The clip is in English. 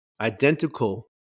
identical